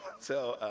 so,